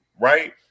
right